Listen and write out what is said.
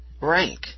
rank